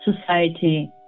society